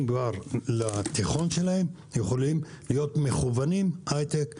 לתיכון אפשר לכוון אותם להייטק ולטכנולוגיה.